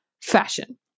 fashion